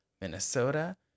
Minnesota